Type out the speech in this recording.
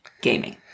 gaming